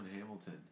Hamilton